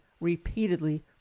repeatedly